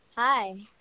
Hi